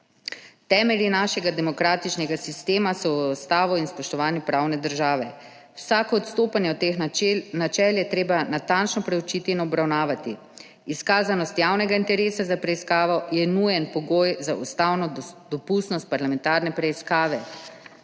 Temelji našega demokratičnega sistema so v ustavi in spoštovanju pravne države. Vsako odstopanje od teh načel je treba natančno preučiti in obravnavati. Izkazanost javnega interesa za preiskavo je nujen pogoj za ustavno dopustnost parlamentarne preiskave.